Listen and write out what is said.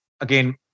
again